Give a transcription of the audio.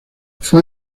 fue